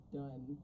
done